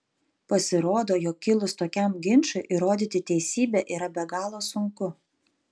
pasirodo jog kilus tokiam ginčui įrodyti teisybę yra be galo sunku